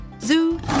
Zoo